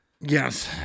Yes